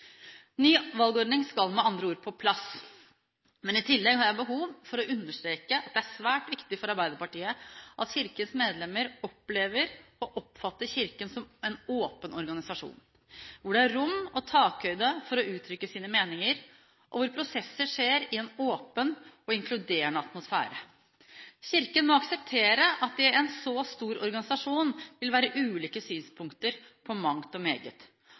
Ny valgordning skal med andre ord på plass, men i tillegg har jeg behov for å understreke at det er svært viktig for Arbeiderpartiet at Kirkens medlemmer opplever og oppfatter Kirken som en åpen organisasjon hvor det er rom og takhøyde for å uttrykke sine meninger, og hvor prosesser skjer i en åpen og inkluderende atmosfære. Kirken må akseptere at det i en så stor organisasjon vil være ulike synspunkter på mangt og meget.